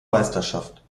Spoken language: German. meisterschaft